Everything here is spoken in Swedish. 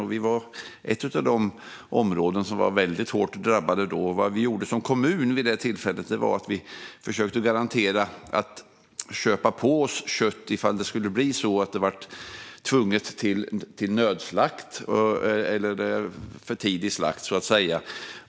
Vi tillhörde ett av de områden som var väldigt hårt drabbade då. Vid det tillfället försökte vi som kommun att garantera att vi köpte på oss kött om det skulle bli så att man tvingades till nödslakt eller för tidig slakt.